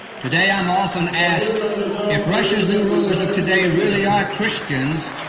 today i'm often asked if russia's new rulers of today really are christians,